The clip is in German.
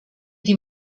die